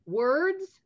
words